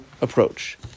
approach